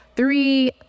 Three